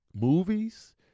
movies